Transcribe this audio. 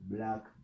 Black